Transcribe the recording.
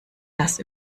das